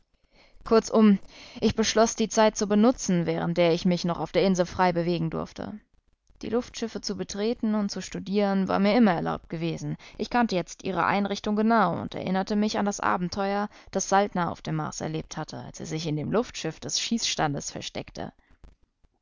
kurzum ich beschloß die zeit zu benutzen während der ich mich noch auf der insel frei bewegen durfte die luftschiffe zu betreten und zu studieren war mir immer erlaubt gewesen ich kannte jetzt ihre einrichtung genau und erinnerte mich an das abenteuer das saltner auf dem mars erlebt hatte als er sich in dem luftschiff des schießstandes versteckte